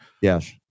yes